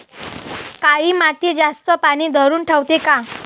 काळी माती जास्त पानी धरुन ठेवते का?